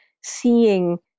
seeing